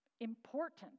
important